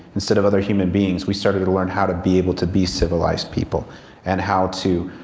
instead of other human beings, we started to learn how to be able to be civilized people and how to